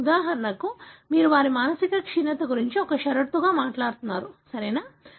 ఉదాహరణకు మీరు వారి మానసిక క్షీణత గురించి ఒక షరతుగా మాట్లాడుతున్నారు సరియైనదా